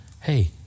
Hey